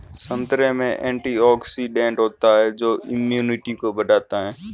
संतरे में एंटीऑक्सीडेंट होता है जो इम्यूनिटी को बढ़ाता है